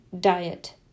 diet